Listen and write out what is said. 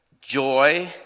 joy